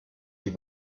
die